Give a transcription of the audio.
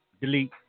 delete